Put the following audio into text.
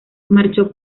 marchó